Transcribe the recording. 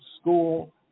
school